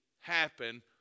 happen